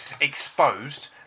exposed